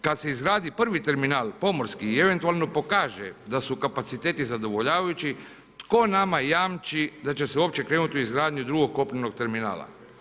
Kad se izgradi prvi terminal, pomorski i eventualno pokaže da su kapaciteti zadovoljavajući, tko nama jamči da će se uopće krenuti u izgradnju drugog kopnenog terminala?